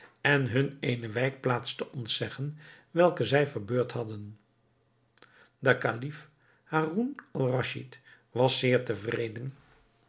en hun eene wijkplaats te ontzeggen welke zij verbeurd hadden de kalif haroun-al-raschid was zeer tevreden